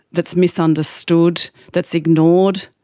that's misunderstood, that's ignored,